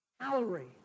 salary